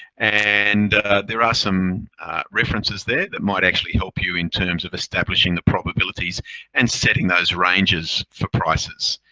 and there are some references there that might actually help you in terms of establishing the probabilities and setting those ranges for prices.